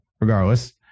regardless